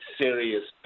serious